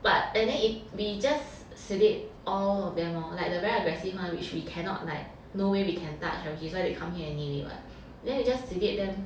but and then if we just sedate all of them hor like the very aggressive one which we cannot like no way we can touch you that's why they come here anyway [what] then we just sedate them